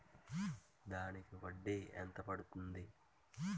దానికి వడ్డీ ఎంత పడుతుంది?